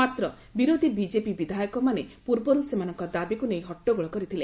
ମାତ୍ର ବିରୋଧୀ ବିଜେପି ବିଧାୟକ ମାନେ ପୂର୍ବରୁ ସେମାନଙ୍କ ଦାବିକୁ ନେଇ ହଟ୍ଟଗୋଳ କରିଥିଲେ